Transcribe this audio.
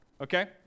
okay